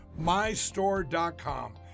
mystore.com